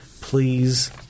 please